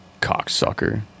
Cocksucker